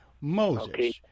Moses